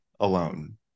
alone